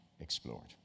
Explored